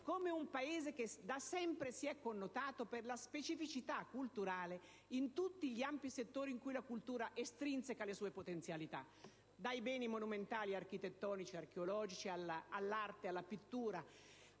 come un Paese che da sempre si è connotato per la specificità culturale in tutti gli ampi settori in cui la cultura estrinseca le sue potenzialità, dai beni monumentali, architettonici e archeologici all'arte, alla pittura,